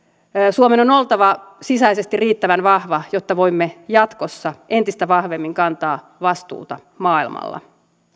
suomen on oltava sisäisesti riittävän vahva jotta voimme jatkossa entistä vahvemmin kantaa vastuuta maailmalla